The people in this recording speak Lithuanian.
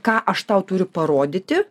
ką aš tau turiu parodyti